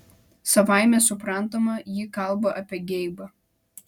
savaime suprantama ji kalba apie geibą